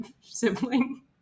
sibling